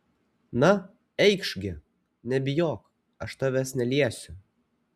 na eikš gi nebijok aš tavęs neliesiu